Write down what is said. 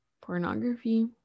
pornography